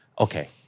okay